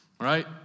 right